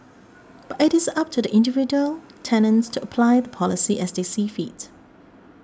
but it is up to the individual tenants to apply the policy as they see fit